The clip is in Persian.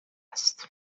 است